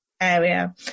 area